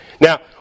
Now